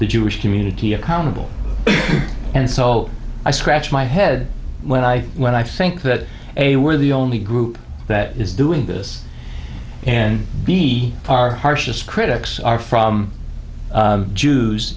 the jewish community accountable and so i scratch my head when i when i think that a we're the only group that is doing this and be our harshest critics are for jews